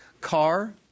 Car